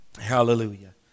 Hallelujah